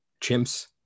chimps